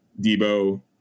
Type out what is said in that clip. Debo